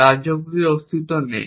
রাজ্যগুলির অস্তিত্ব নেই